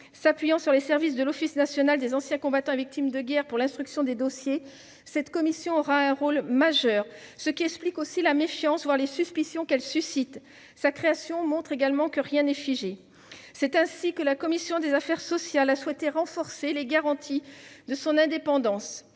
S'appuyant sur les services de l'Office national des anciens combattants et victimes de guerre pour l'instruction des dossiers, cette commission aura un rôle majeur, ce qui explique aussi la méfiance, voire les suspicions, qu'elle suscite. Sa création montre également que rien n'est figé. C'est la raison pour laquelle la commission des affaires sociales a souhaité renforcer les garanties de son indépendance.